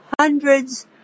hundreds